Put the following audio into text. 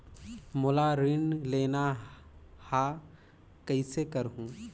मोला ऋण लेना ह, कइसे करहुँ?